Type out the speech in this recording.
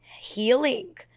healing